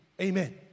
amen